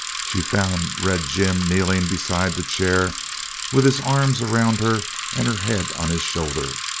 she found red jim kneeling beside the chair with his arms around her and her head on his shoulder,